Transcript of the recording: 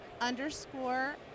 underscore